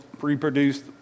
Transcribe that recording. reproduced